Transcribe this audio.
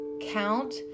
Count